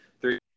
three